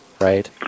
right